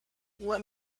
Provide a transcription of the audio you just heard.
let